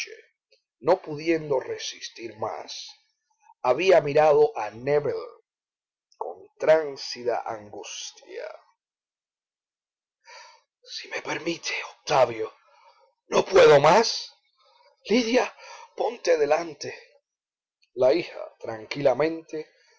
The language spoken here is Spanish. no pudiendo resistir más había mirado a nébel con transida angustia si me permite octavio no puedo más lidia ponte delante la hija tranquilamente